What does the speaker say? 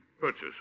Purchase